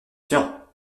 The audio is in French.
tiens